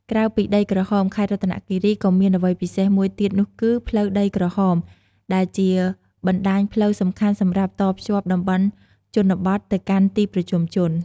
ក្រៅពីដីក្រហម ខេត្តរតនគិរីក៏មានអ្វីពិសេសមួយទៀតនោះគឺ ផ្លូវដីក្រហម ដែលជាបណ្តាញផ្លូវសំខាន់សម្រាប់តភ្ជាប់តំបន់ជនបទទៅកាន់ទីប្រជុំជន។